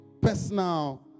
personal